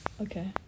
Okay